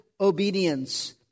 obedience